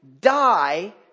die